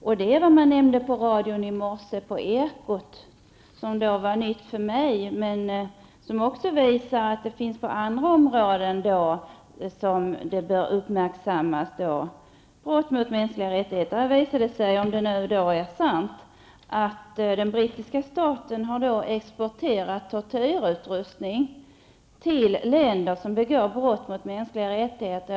Det gäller det som nämndes på radion i Ekot i morse, som var nytt för mig men som visar att brott mot mänskliga rättigheter bör uppmärksammas på många områden, nämligen nyheten att den brittiska staten har exporterat tortyrutrustning till länder som begår brott mot mänskliga rättigheter.